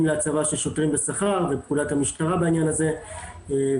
להצבה של שוטרים בשכר ופקודת המשטרה בעניין הזה וזה